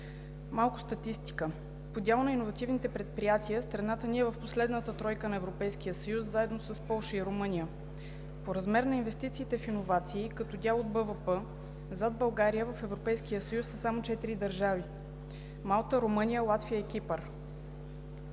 Малко статистика. По дял на иновативните предприятия страната ни е в последната тройка на Европейския съюз, заедно с Полша и Румъния. По размер на инвестициите в иновации, като дял от брутния вътрешен продукт, зад България в Европейския съюз са само четири държави – Малта, Румъния, Латвия и Кипър.